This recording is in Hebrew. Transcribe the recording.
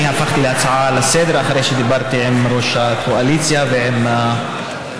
אני הפכתי להצעה לסדר-היום אחרי שדיברתי עם ראש הקואליציה ועם השר,